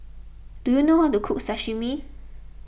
do you know how to cook Sashimi